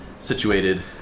Situated